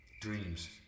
Dreams